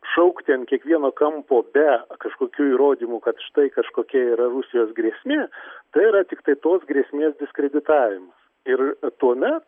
šaukti ant kiekvieno kampo be kažkokių įrodymų kad štai kažkokia yra rusijos grėsmė tai yra tiktai tos grėsmės diskreditavimas ir tuomet